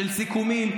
של סיכומים,